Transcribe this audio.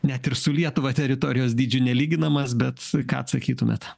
net ir su lietuva teritorijos dydžiu nelyginamas bet ką atsakytumėt